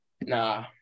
Nah